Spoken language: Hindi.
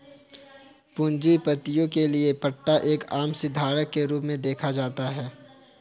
पूंजीपतियों के लिये पट्टा एक आम सी धारणा के रूप में देखा जाता है